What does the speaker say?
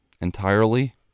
entirely